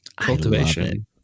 Cultivation